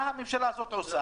מה הממשלה עושה?